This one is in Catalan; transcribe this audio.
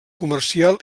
comercial